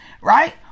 right